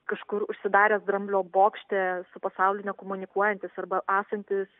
kažkur užsidaręs dramblio bokšte su pasauliu nekomunikuojantis arba esantis